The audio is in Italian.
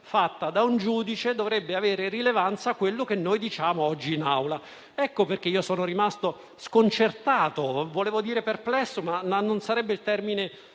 Grazie